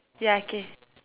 ya K